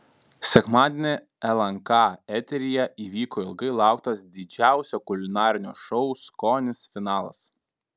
sekmadienį lnk eteryje įvyko ilgai lauktas didžiausio kulinarinio šou skonis finalas